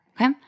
Okay